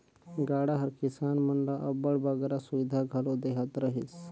गाड़ा हर किसान मन ल अब्बड़ बगरा सुबिधा घलो देहत रहिस